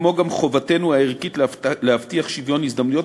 כמו גם חובתנו הערכית להבטיח שוויון הזדמנויות,